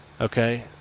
okay